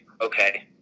Okay